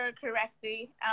correctly